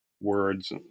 words